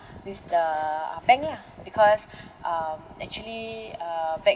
with the uh bank lah because um actually uh back